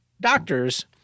doctors